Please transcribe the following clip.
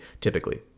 typically